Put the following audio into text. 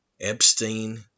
Epstein